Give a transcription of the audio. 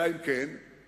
אלא אם כן העיקרון